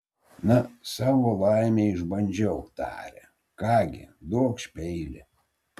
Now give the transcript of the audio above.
na savo laimę išbandžiau tarė ką gi duokš peilį